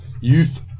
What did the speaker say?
Youth